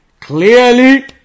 clearly